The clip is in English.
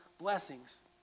blessings